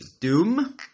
Doom